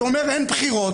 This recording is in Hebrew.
זה אומר שאין בחירות,